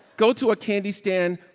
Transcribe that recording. go to a candy stand,